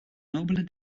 nobele